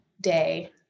day